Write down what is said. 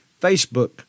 Facebook